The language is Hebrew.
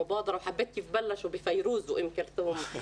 אהבתי את היוזמה להתחיל עם פיירוז ואום כלתום.